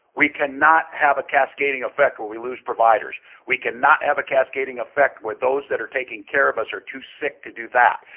we cannot have a cascading effect where we lose providers. we cannot have a cascading effect where those that are taking care of us are too sick to do that.